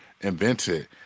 invented